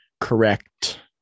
correct